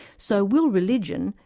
so will religion,